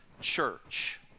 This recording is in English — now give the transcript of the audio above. Church